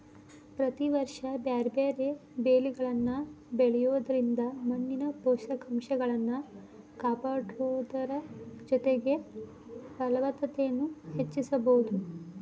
ಪ್ರತಿ ವರ್ಷ ಬ್ಯಾರ್ಬ್ಯಾರೇ ಬೇಲಿಗಳನ್ನ ಬೆಳಿಯೋದ್ರಿಂದ ಮಣ್ಣಿನ ಪೋಷಕಂಶಗಳನ್ನ ಕಾಪಾಡೋದರ ಜೊತೆಗೆ ಫಲವತ್ತತೆನು ಹೆಚ್ಚಿಸಬೋದು